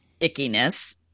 ickiness